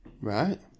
Right